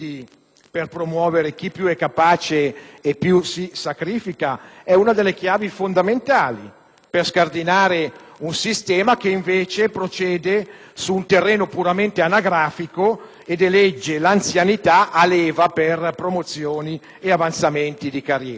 per promuovere chi è più capace e più si sacrifica: questa è una delle chiavi fondamentali per scardinare un sistema che, invece, procede su un terreno puramente anagrafico ed elegge l'anzianità a leva per promozioni ed avanzamenti di carriera.